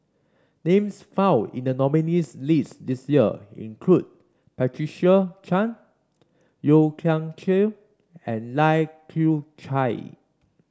names found in the nominees' list this year include Patricia Chan Yeo Kian Chye and Lai Kew Chai